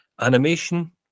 animation